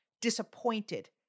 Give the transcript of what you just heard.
disappointed